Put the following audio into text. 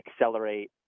accelerate